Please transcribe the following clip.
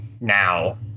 now